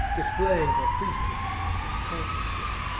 displaying their priesthoods and their consulships,